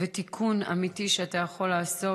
ותיקון אמיתי שאתה יכול לעשות,